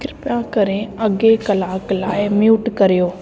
कृपा करे अॻिए कलाकु लाइ म्यूट करियो